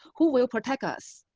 who will protect us?